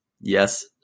Yes